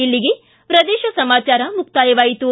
ಇಲ್ಲಿಗೆ ಪ್ರದೇಶ ಸಮಾಚಾರ ಮುಕ್ತಾಯವಾಯಿತು